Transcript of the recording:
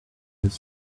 his